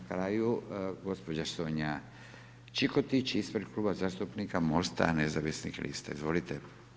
Na kraju gospođa Sonja Čikotić, ispred Kluba zastupnika Mosta nezavisnih lista, izvolite.